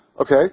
Okay